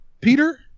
Peter